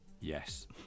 yes